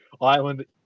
island